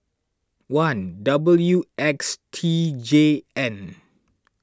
one W X T J N